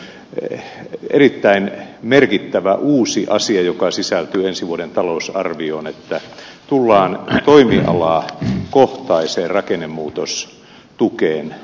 nythän on erittäin merkittävä uusi asia joka sisältyy ensi vuoden talousarvioon että tullaan toimialakohtaiseen rakennemuutostukeen